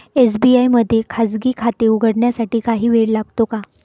SBI मध्ये खाजगी खाते उघडण्यासाठी काही वेळ लागतो का?